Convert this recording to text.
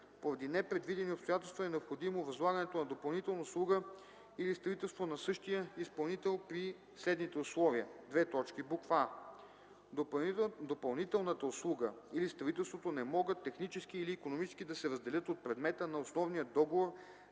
поради непредвидени обстоятелства е необходимо възлагането на допълнителна услуга или строителство на същия изпълнител при следните условия: а) допълнителната услуга или строителството не могат технически или икономически да се разделят от предмета на основния договор